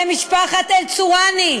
למשפחת אל-צוראני,